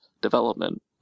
development